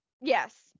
yes